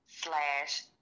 slash